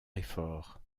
effort